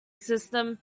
system